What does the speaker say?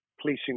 policing